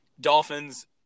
Dolphins